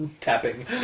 tapping